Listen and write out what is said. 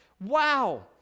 wow